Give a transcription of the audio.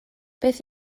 beth